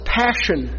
passion